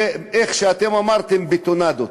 איך שאתם אמרתם, בטונדות.